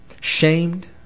shamed